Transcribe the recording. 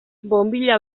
bonbilla